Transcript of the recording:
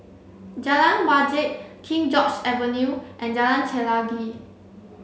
Jalan Wajek King George's Avenue and Jalan Chelagi